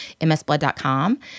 msblood.com